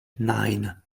nine